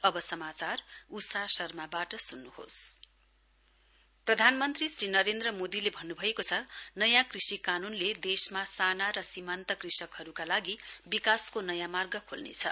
PM टर्म लस् प्रधानमन्त्री श्री नरेन्द्र मोदीले भन्नुभएको छ नयाँ कृषि कानूनले देशमा साना र सीमान्त कृषकहरूका लागि विकासको नयाँ मार्ग खोल्नेछ